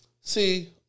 See